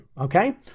Okay